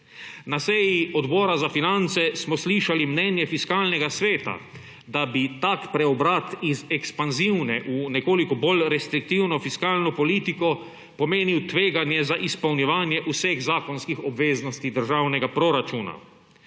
Na seji Odbora za finance smo slišali mnenje Fiskalnega sveta, da bi tak preobrat iz ekspanzivne v nekoliko bolj restriktivno fiskalno politiko pomenil tveganje za izpolnjevanje vseh zakonskih obveznosti državnega proračuna.